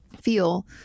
feel